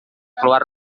keluar